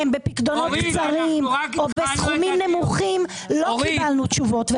הם בפקדונות קצרים או בסכומים נמוכים - לא קיבלנו תשובות.